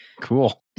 Cool